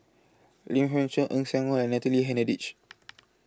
Lim Poh Chuan Eng Siak Loy and Natalie Hennedige